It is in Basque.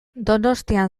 donostian